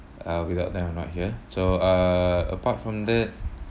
uh without them I'm not here so uh apart from that